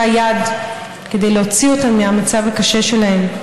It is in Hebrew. יד כדי להוציא אותן מהמצב הקשה שלהן.